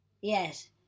yes